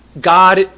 God